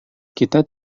kita